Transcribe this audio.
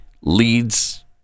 leads